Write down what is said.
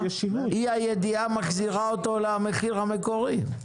אי הידיעה מחזירה אותו למחיר המקורי.